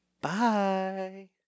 Bye